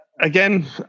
again